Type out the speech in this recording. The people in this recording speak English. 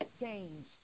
change